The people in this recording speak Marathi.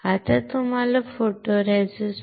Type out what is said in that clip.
आता तुम्हाला फोटोरेसिस्ट photoresist